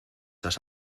has